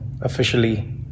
officially